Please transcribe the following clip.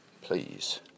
Please